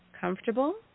comfortable